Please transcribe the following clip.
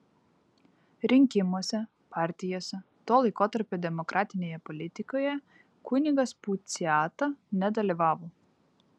rinkimuose partijose to laikotarpio demokratinėje politikoje kunigas puciata nedalyvavo